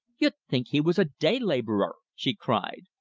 you'd think he was a day-laborer! she cried.